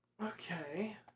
Okay